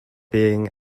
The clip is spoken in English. being